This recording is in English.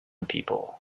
people